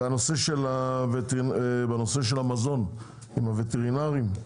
בנושא של המזון, עם הווטרינרים,